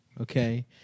okay